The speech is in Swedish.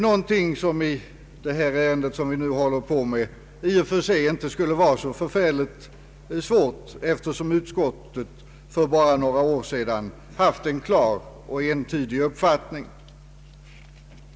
Att göra detta skulle annars inte vara så svårt i det ärende som nu behandlas eftersom utskottet bara för några år sedan hade en klar och entydig uppfattning i den fråga det här gäller.